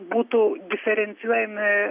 būtų diferencijuojami